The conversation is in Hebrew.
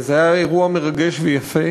זה היה אירוע מרגש ויפה,